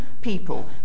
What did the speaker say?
people